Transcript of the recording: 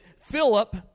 Philip